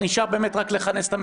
נשאר רק לכנס את המליאה.